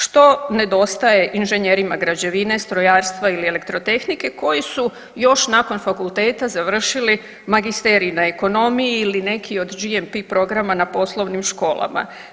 Što nedostaje inženjerima građevine, strojarstva ili elektrotehnike koji su još nakon fakulteta završili magisterij na ekonomiji ili neki od GNP programa na poslovnim školama?